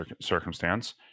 circumstance